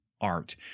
art